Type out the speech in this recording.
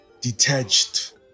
detached